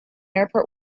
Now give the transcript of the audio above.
airport